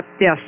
yes